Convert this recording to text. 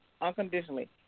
unconditionally